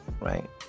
right